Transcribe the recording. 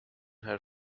her